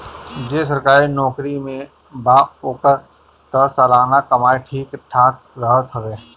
जे सरकारी नोकरी में बा ओकर तअ सलाना कमाई ठीक ठाक रहत हवे